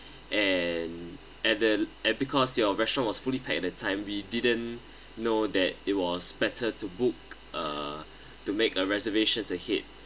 and at the and because your restaurant was fully packed at the time we didn't know that it was better to book a to make a reservation ahead